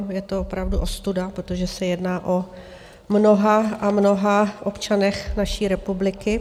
Je to opravdu ostuda, protože se jedná o mnoha a mnoha občanech naší republiky.